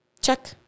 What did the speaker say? check